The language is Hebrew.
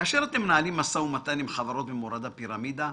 כאשר אתם מנהלים מו"מ עם חברות במורד הפירמידה,